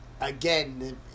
again